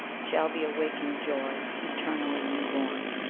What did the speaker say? shall be a waking joy, eternally new-born.